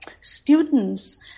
students